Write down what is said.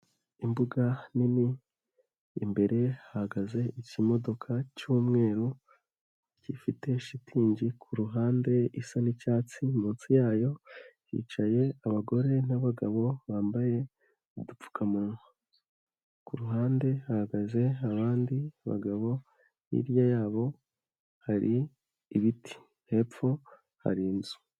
Imbuga nini, imbere hahagaze ikimodoka cy'umweru gifite shitingi ku ruhande isa n'icyatsi, munsi yayo hicaye abagore n'abagabo bambaye udupfukamunwa. Ku ruhande hahagaze abandi bagabo, hirya yabo hari ibiti, hepfo hari inzu.